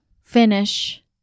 finish